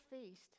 feast